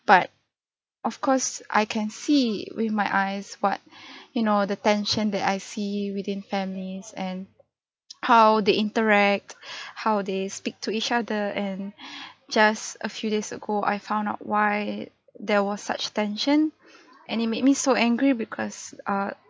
but of course I can see where my eyes what you know the tension that I see within families and how they interact how they speak to each other and just a few days ago I found out why there was such tension and it made me so angry because err